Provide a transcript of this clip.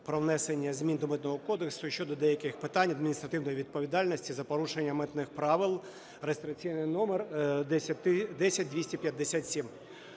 про внесення змін до Митного кодексу щодо деяких питань адміністративної відповідальності за порушення митних правил (реєстраційний номер 10257).